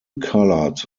coloured